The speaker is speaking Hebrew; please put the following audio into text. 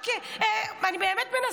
אני אגיד משפט